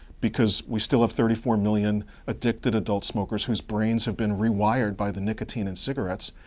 because we still have thirty four million addicted adult smokers whose brains have been rewired by the nicotine in cigarettes,